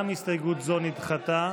גם הסתייגות זו נדחתה.